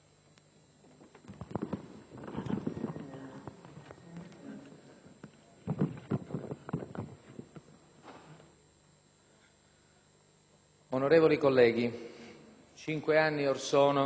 Onorevoli colleghi, cinque anni or sono, in questo stesso giorno, un vile attentato uccideva diciannove nostri concittadini nella città irachena di Nassiriya.